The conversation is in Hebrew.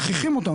מכריחים אותם,